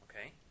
Okay